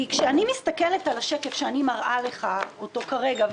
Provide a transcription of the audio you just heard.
כי כשאני מסתכלת על השקף שאני מראה לך אותו כרגע,